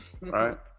Right